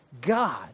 God